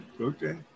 okay